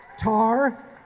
Tar